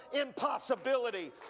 impossibility